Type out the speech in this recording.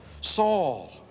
Saul